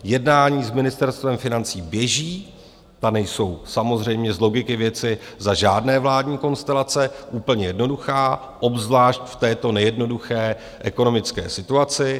Jednání s Ministerstvem financí běží, ta nejsou samozřejmě z logiky věci za žádné vládní konstelace úplně jednoduchá, obzvlášť v této nejednoduché ekonomické situaci.